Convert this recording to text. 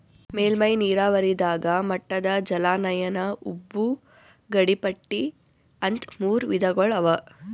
ಮೇಲ್ಮೈ ನೀರಾವರಿದಾಗ ಮಟ್ಟದ ಜಲಾನಯನ ಉಬ್ಬು ಗಡಿಪಟ್ಟಿ ಅಂತ್ ಮೂರ್ ವಿಧಗೊಳ್ ಅವಾ